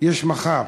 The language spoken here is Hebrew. יש מחר.